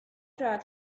tried